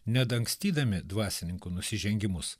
nedangstydami dvasininkų nusižengimus